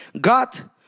God